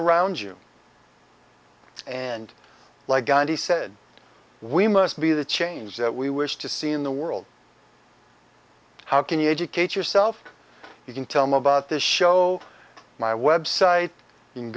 around you and like gandhi said we must be the change that we wish to see in the world how can you educate yourself you can tell me about this show my website you can